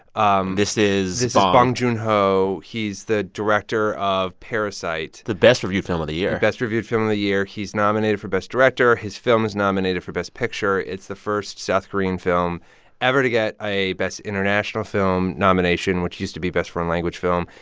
um this is. this is ah bong joon-ho. he's the director of parasite. the best-reviewed film of the year the best-reviewed film of the year. he's nominated for best director. his film is nominated for best picture. it's the first south korean film ever to get a best international film nomination, which used to be best foreign-language film.